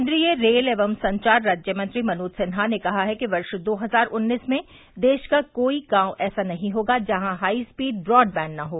केन्द्रीय रेल व संचार राज्य मंत्री मनोज सिन्हा ने कहा है कि वर्ष दो हजार उन्नीस में देश का कोई गांव ऐसा नहीं होगा जहां हाई स्पीड ब्रॉडबैंड न हो